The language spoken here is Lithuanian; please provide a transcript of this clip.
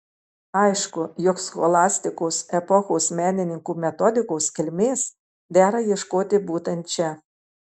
aišku jog scholastikos epochos menininkų metodikos kilmės dera ieškoti būtent čia